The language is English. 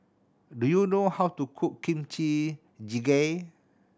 do you know how to cook Kimchi Jjigae